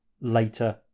later